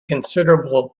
considerable